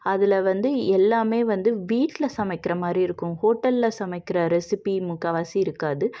அதில் வந்து எல்லாமே வந்து வீட்டில் சமைக்கிற மாதிரி இருக்கும் ஹோட்டலில் சமைக்கிற ரெசிப்பி முக்கால்வாசி இருக்காது